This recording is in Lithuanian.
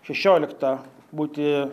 šešioliktą būti